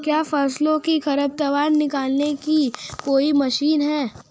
क्या फसलों से खरपतवार निकालने की कोई मशीन है?